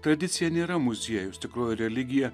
tradicija nėra muziejus tikroji religija